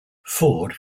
ford